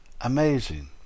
Amazing